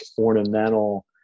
ornamental